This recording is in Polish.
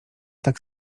tak